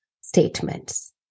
statements